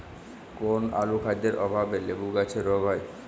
কোন অনুখাদ্যের অভাবে লেবু গাছের রোগ হয়?